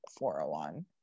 401